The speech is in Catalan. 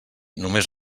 només